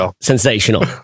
sensational